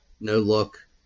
no-look